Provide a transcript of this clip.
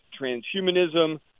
transhumanism